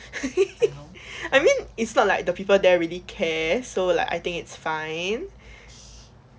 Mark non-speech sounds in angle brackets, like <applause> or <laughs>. <laughs> I mean it's not like the people there really care so like I think it's fine